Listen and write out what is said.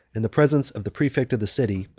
in the presence of the praefect of the city,